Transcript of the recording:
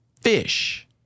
fish